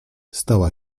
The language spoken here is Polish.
stała